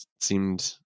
seemed